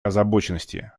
озабоченности